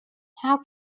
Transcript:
how